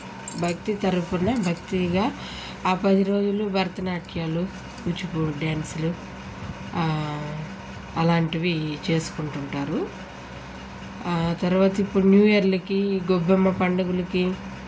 భక్తి తరపున భక్తిగా ఆ పది రోజులు భరతనాట్యాలు కూచిపూడి డ్యాన్సులు అలాంటివి చేసుకుంటుంటారు తరువాత ఇప్పుడు న్యూ ఇయర్లకి గొబ్బెమ్మ పండుగులకి